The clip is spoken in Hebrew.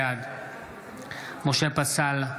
בעד משה פסל,